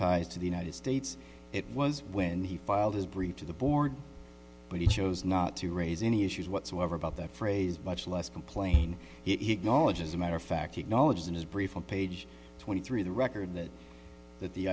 ties to the united states it was when he filed his brief to the board but he chose not to raise any issues whatsoever about that phrase much less complain he acknowledged as a matter of fact he acknowledged in his brief on page twenty three the record that that the